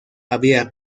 había